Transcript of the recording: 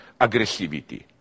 aggressivity